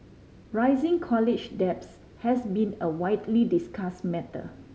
rising college debts has been a widely discuss matter